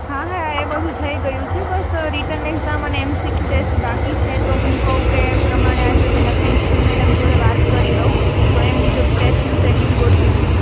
હા હા એ બધું થઈ ગયું છે બસ રિટન એક્જામ અને એમસીક્યુ ટેસ્ટ બાકી છે તો હું કઉં કે એ પ્રમાણે આજે પહેલાં પ્રિન્સિપલ મેડમ જોડે વાત કરી લઉં તો એ મુજબ ટેસ્ટનું સેડ્યુલ ગોઠવી દઉં